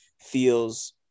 feels